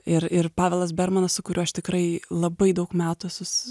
ir ir pavelas bermanas su kuriuo aš tikrai labai daug metų esu